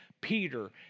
Peter